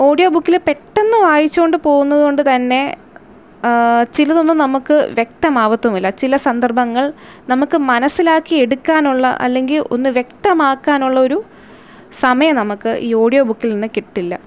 audio ബുക്കില് പെട്ടെന്ന് വായിച്ചുകൊണ്ടുപോകുന്നത് കൊണ്ടുതന്നെ ചിലതൊന്നും നമുക്ക് വ്യക്തമാവുകയുമില്ല ചില സന്ദർഭങ്ങൾ നമുക്ക് മനസ്സിലാക്കിയെടുക്കാനുള്ള അല്ലെങ്കില് ഒന്ന് വ്യക്തമാക്കാനുള്ള ഒരു സമയം നമുക്ക് ഈ ഓഡിയോ ബുക്കിൽ നിന്ന് കിട്ടില്ല